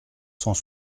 cent